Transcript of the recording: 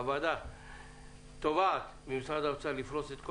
הוועדה תובעת ממשרד האוצר לפרוס את כל